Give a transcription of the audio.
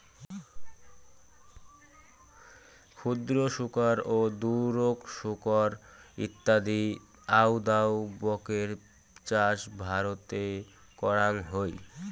ক্ষুদ্র শুকর, দুরোক শুকর ইত্যাদি আউদাউ বাকের চাষ ভারতে করাং হই